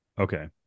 Okay